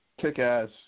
kick-ass